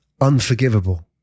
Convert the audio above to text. unforgivable